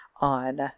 on